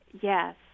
Yes